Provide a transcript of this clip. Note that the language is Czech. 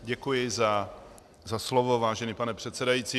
Děkuji za slovo, vážený pane předsedající.